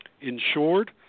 Insured